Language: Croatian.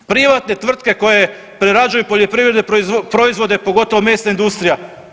Privatne tvrtke koje prerađuju poljoprivredne proizvode pogotovo mesna industrija.